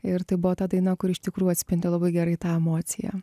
ir tai buvo ta daina kuri iš tikrų atspindi labai gerai tą emociją